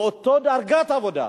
באותו דרגת עבודה,